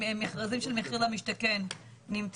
יש